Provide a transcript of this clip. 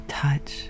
touch